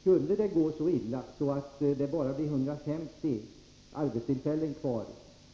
Skulle det gå så illa att det bara blir 150 arbetstillfällen kvar